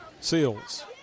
Seals